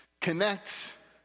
connects